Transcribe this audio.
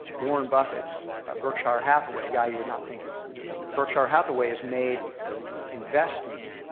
warren buffett's berkshire hathaway, a guy you would not think is but berkshire hathaway has made investing